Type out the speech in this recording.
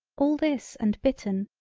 all this and bitten,